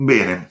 Bene